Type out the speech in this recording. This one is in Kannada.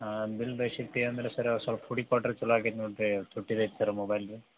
ಬಿಲ್ ರಶೀತಿ ಅಂದ್ರೆ ಸರ್ರ ಸ್ವಲ್ಪ ಹುಡುಕ್ ಕೊಟ್ರೆ ಚೊಲೋ ಆಕ್ಕೈತ್ ನೋಡಿರಿ ಮೊಬೈಲ್ದು